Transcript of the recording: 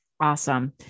Awesome